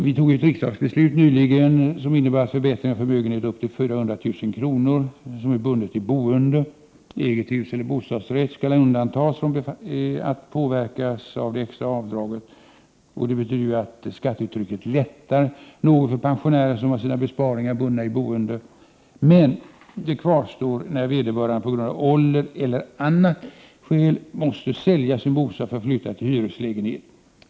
Vi beslöt nyligen här i riksdagen om den förbättringen att förmögen het upp till 400 000 kr. som är bunden i boendet — eget hus eller bostadsrätt = Prot. 1988/89:110 skall undantas från att påverka det extra avdraget. Härigenom lättar 9 maj 1989 skattetrycket något för pensionärer som har sina besparingar bundna i boende. Men det kvarstår när vederbörande på grund av ålder eller annat måste sälja sin bostad för att flytta till hyreslägenhet.